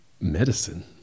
medicine